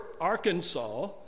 Arkansas